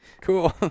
cool